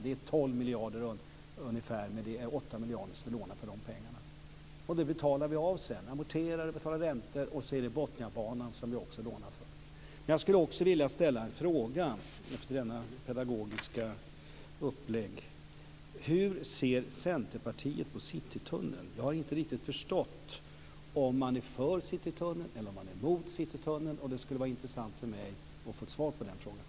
Det rör sig om totalt ungefär 12 miljarder. Det betalar vi av sedan. Vi amorterar och betalar räntor. Vi lånar också för Botniabanan. Hur ser Centerpartiet på Citytunneln? Jag har inte riktigt förstått om man är för eller emot Citytunneln. Det skulle vara intressant för mig att veta.